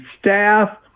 staff